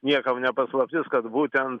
niekam ne paslaptis kad būtent